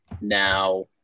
now